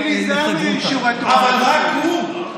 אמרו לי להיזהר משיעור תורה, אבל רק הוא?